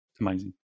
amazing